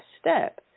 step